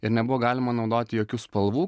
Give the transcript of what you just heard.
ir nebuvo galima naudoti jokių spalvų